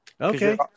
Okay